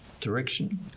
direction